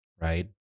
right